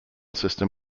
system